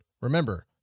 Remember